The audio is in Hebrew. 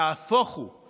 נהפוך הוא,